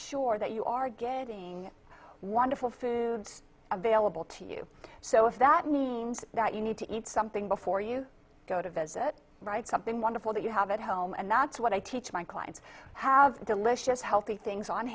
sure that you are getting wonderful food available to you so if that means that you need to eat something before you go to visit write something wonderful that you have at home and that's what i teach my clients have delicious healthy things on